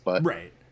Right